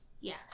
Yes